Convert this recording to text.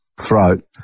throat